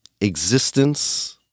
Existence